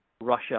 Russia